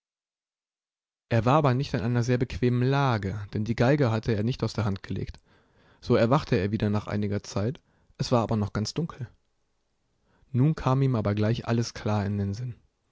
er war aber nicht in einer sehr bequemen lage denn die geige hatte er nicht aus der hand gelegt so erwachte er wieder nach einiger zeit es war aber noch ganz dunkel nun kam ihm aber gleich alles klar in den sinn